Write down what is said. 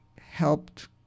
helped